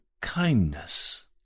kindness